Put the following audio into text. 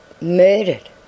Murdered